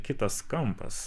kitas kampas